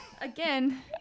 Again